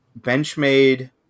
Benchmade